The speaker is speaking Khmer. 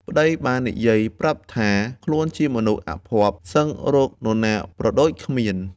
ប្ដីបាននិយាយប្រាប់ថា ខ្លួនជាមនុស្សអភ័ព្វសឹងរកនរណាប្រដូចគ្មាន។